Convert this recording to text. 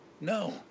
no